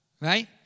Right